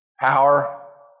Power